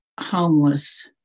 homeless